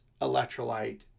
electrolyte